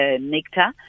nectar